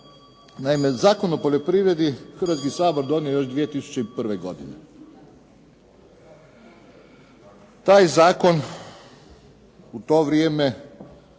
Naime, Zakon o poljoprivredi Hrvatski sabor donio je još 2001. godine. Taj zakon u to vrijeme